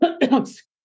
excuse